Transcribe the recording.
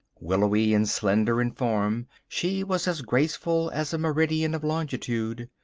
willowy and slender in form, she was as graceful as a meridian of longitude.